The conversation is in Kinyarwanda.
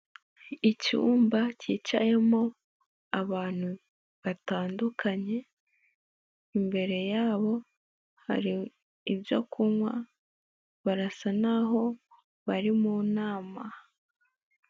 Icyumba kicayemo abantu batandukanye, imbere yabo hari ibyo kunywa barasa naho bari mu nama.